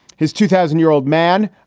his two thousand year old man.